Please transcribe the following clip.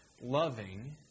loving